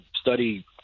study –